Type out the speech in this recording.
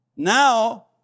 Now